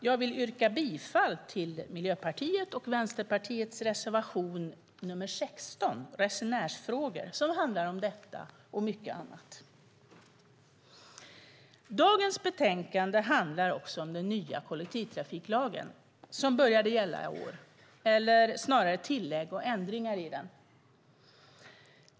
Jag vill yrka bifall till Miljöpartiets och Vänsterpartiets reservation nr 16, Resenärsfrågor, som handlar om detta och mycket annat. Dagens betänkande handlar också om den nya kollektivtrafiklagen, som började gälla i år, eller snarare om tillägg och ändringar i den.